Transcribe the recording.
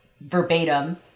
verbatim